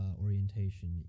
orientation